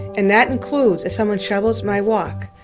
and that includes if someone shovels my walk.